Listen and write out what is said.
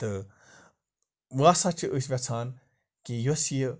تہٕ وَ سا أسۍ ٮ۪ژھان کہِ یۄس یہِ